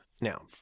Now